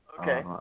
Okay